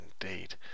indeed